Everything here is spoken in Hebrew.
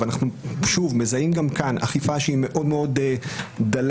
ואנחנו מזהים גם כאן אכיפה מאוד מאוד דלה,